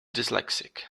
dyslexic